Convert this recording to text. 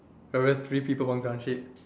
remember three people one ground sheet